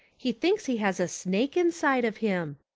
he thinks he has a snake inside of him.